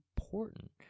important